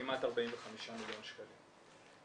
כמעט 45 מיליון שקלים.